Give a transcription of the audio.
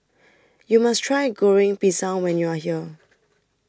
YOU must Try Goreng Pisang when YOU Are here